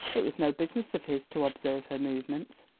it was no business of his to observe her movements.